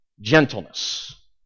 gentleness